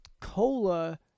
cola